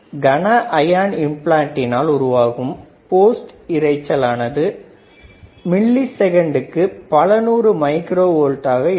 கன ஐயான் இம்பிளான்ட்டினால் உருவாக்கும் போஸ்ட் இரைச்சல் ஆனது மில்லி செகண்ட் க்கு பலநூறு மைக்ரோ ஓல்ட் ஆக இருக்கும்